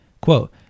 Quote